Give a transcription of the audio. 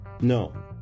No